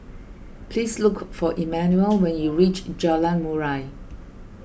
please look for Emanuel when you reach Jalan Murai